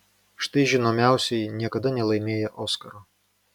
štai žinomiausieji niekada nelaimėję oskaro